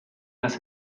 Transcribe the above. las